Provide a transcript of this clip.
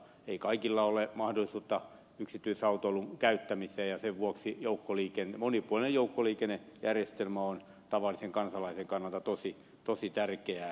ei kaikilla ole mahdollisuutta yksityisautoiluun ja sen vuoksi monipuolinen joukkoliikennejärjestelmä on tavallisen kansalaisen kannalta tosi tärkeää